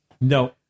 No